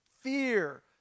fear